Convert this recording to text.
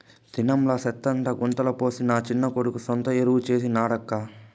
దినంలా సెత్తంతా గుంతల పోసి నా చిన్న కొడుకు సొంత ఎరువు చేసి నాడక్కా